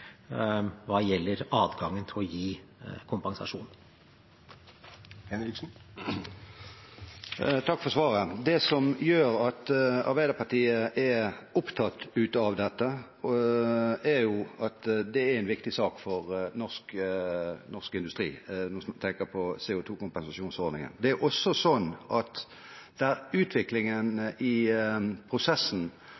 hva gjelder adgangen til å gi kompensasjon. Takk for svaret. Det som gjør at Arbeiderpartiet er opptatt av dette, er at det er en viktig sak for norsk industri, når man tenker på CO2-kompensasjonsordningen. Det er også sånn at utviklingen